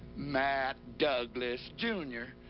matt douglas, junior.